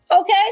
Okay